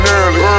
early